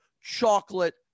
chocolate